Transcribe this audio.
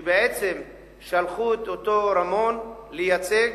שבעצם שלחו את אותו רמון לייצג